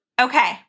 Okay